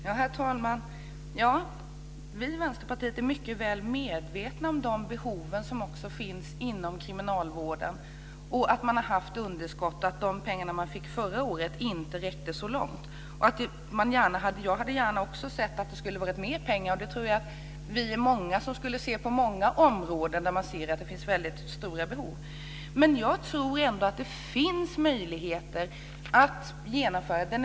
Herr talman! Vi i Vänsterpartiet är mycket väl medvetna om de behov som finns inom kriminalvården, om att man har haft underskott och att de pengar som den fick förra året inte räckte så långt. Jag hade gärna sett att det skulle ha varit mer pengar. Det tror jag att vi är många som skulle vilja se på många områden där det finns väldigt stora behov. Men jag tror ändå att det finns möjligheter att genomföra detta.